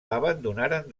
abandonaren